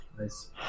nice